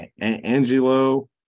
Angelo